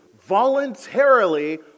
voluntarily